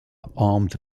armed